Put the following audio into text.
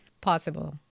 possible